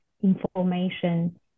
information